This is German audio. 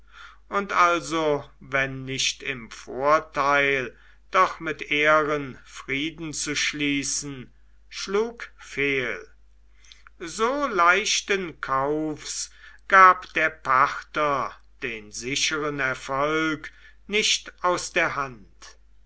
und also wenn nicht mit vorteil doch mit ehren frieden zu schließen schlug fehl so leichten kaufs gab der parther den sicheren erfolg nicht aus der hand